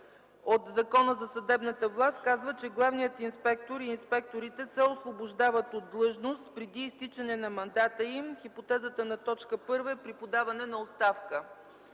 от Закона за съдебната власт казва, че: „Главният инспектор и инспекторите се освобождават от длъжност преди изтичане на мандата им.” Хипотезата на т. 1 е при подаване на оставка.